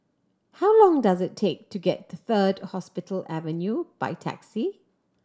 how long does it take to get to Third Hospital Avenue by taxi